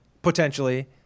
potentially